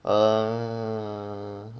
err